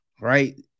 right